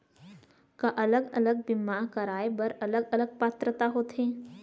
का अलग अलग बीमा कराय बर अलग अलग पात्रता होथे?